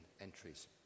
entries